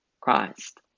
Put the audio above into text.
Christ